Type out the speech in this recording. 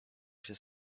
się